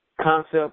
concept